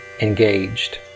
engaged